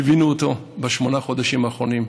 ליווינו אותו בשמונת החודשים האחרונים,